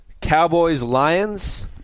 Cowboys-Lions